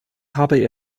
habe